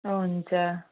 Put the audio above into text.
हुन्छ